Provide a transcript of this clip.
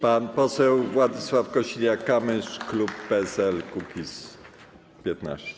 Pan poseł Władysław Kosiniak-Kamysz, klub PSL-Kukiz15.